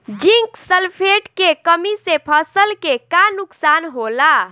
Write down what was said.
Zinc sulphate के कमी से फसल के का नुकसान होला?